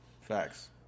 facts